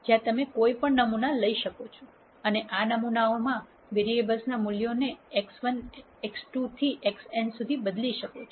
તેથી આ સૂચવે છે કે દરેક નમૂનામાં વેરીએબલ ના મૂલ્યો સમાન રીતે વર્તે છે અમે ખરેખર આ વેરીએબલ્સ વચ્ચેના રેખીય સંબંધોને ઓળખ્યા છે